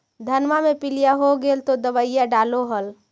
धनमा मे पीलिया हो गेल तो दबैया डालो हल?